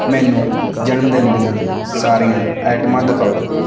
ਮੈਨੂੰ ਜਨਮਦਿਨ ਦੀਆਂ ਸਾਰੀਆਂ ਆਈਟਮਾਂ ਦਿਖਾਓ